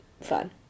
fun